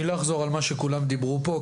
אני לא אחזור על מה שכולם דיברו פה,